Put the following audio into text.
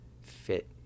fit